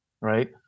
Right